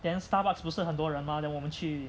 then starbucks 不是很多人 mah then 我们去